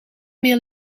meer